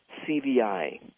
CVI